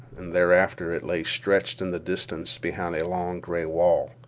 and thereafter it lay stretched in the distance behind a long gray wall,